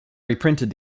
reprinted